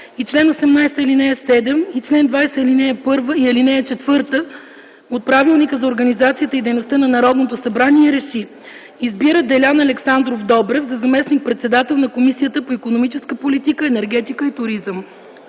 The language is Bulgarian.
и чл. 18, ал. 7 и чл. 20, ал. 1 и ал. 4 от Правилника за организацията и дейността на Народното събрание, Р Е Ш И: Избира Делян Александров Добрев за заместник-председател на Комисията по икономическа политика, енергетика и туризъм.”